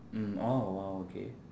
mm oh !wow! okay